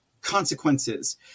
consequences